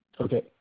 Okay